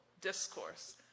discourse